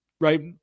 right